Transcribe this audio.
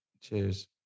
Cheers